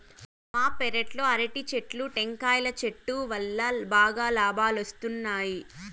మా పెరట్లో అరటి చెట్లు, టెంకాయల చెట్టు వల్లా బాగా లాబాలొస్తున్నాయి